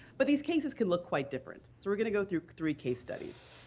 but these cases can look quite different. so we're going to go through three case studies.